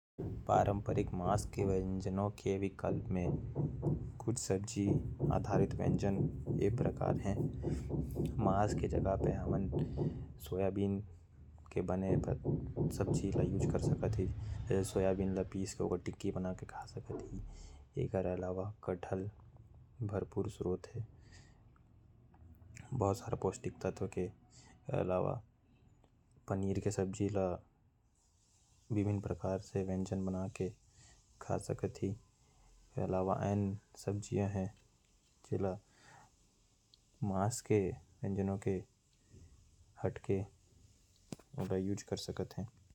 पारंपरिक मांस के व्यंजनों के विकल्प में सोया बीन के इस्तेमाल कर सकत ही। कटहल के इस्तेमाल कर सकत ही। पनीर के सब्जी भी खा सकत ही। एकर अलावा और भी व्यंजन है। जो पौष्टिक के रूप में हमन मांस के जगह में इस्तेमाल कर सकत ही।